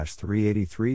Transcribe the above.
383